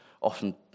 often